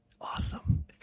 Awesome